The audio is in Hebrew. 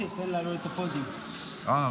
תודה,